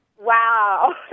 Wow